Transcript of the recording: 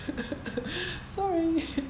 sorry